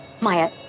Maya